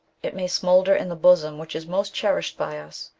it may smoulder in the bosom which is most cherished by us,